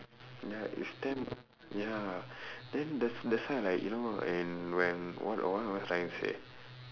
ya it's damn ya then that's that's why like you know when when what what was I trying to say